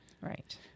Right